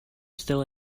still